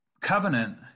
covenant